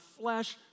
flesh